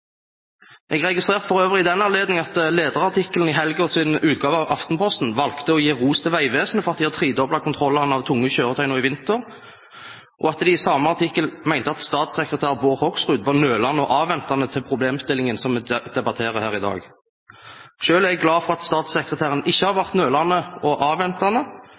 Jeg registrerte for øvrig i den anledning at lederartikkelen i lørdagens utgave av Aftenposten valgte å gi ros til Vegvesenet for at de har tredoblet kontrollene av tunge kjøretøy nå i vinter, og at de i den samme artikkelen mente at statssekretær Bård Hoksrud var nølende og avventende til problemstillingen som vi debatterer her i dag. Selv er jeg glad for at statssekretæren ikke har vært nølende og avventende,